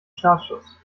startschuss